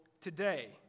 today